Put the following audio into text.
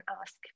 ask